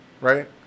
Right